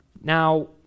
Now